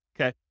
okay